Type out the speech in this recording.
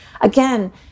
again